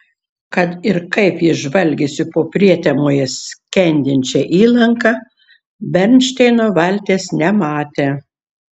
kad ir kaip jis žvalgėsi po prietemoje skendinčią įlanką bernšteino valties nematė